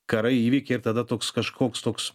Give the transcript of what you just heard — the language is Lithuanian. karai įvykiai ir tada toks kažkoks toks